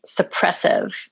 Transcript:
suppressive